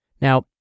Now